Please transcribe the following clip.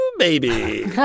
Baby